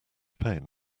pain